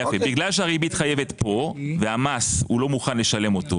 בגלל שהריבית חייבת פה והגוף הזר לא מוכן לשלם את המס,